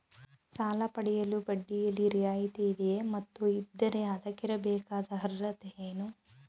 ಸಾಲ ಪಡೆಯಲು ಬಡ್ಡಿಯಲ್ಲಿ ರಿಯಾಯಿತಿ ಇದೆಯೇ ಮತ್ತು ಇದ್ದರೆ ಅದಕ್ಕಿರಬೇಕಾದ ಅರ್ಹತೆ ಏನು?